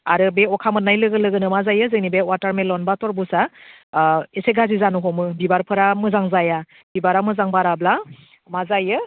आरो बे अखा मोननाय लोगो लोगोनो मा जायो जोंनि बे वाटारमेलन बा तरबुजआ एसे गाज्रि जानो हमो बिबारफोरा मोजां जाया बिबारा मोजां बाराब्ला मा जायो